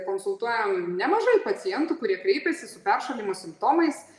konsultuojam nemažai pacientų kurie kreipiasi su peršalimo simptomais